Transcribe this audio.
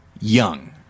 young